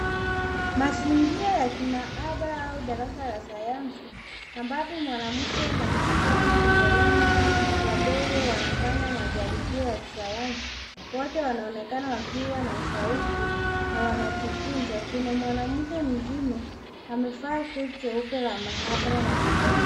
Mazingira ya kimaabara au darasa la sayansi ambapo mwanamke na msichana wawili wadogo wanafanya majaribio ya kisayansi. Wote wanaonekana wakiwa na shauku na wanajifunza. Kuna mwanamke mzima amevaa koti jeupe la maabara na miwani.